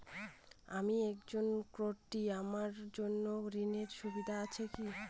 আমি একজন কট্টি আমার জন্য ঋণের সুবিধা আছে কি?